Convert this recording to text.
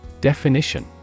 Definition